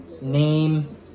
name